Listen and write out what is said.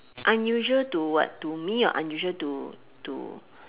unusual to what to me or unusual to to